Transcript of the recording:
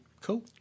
cool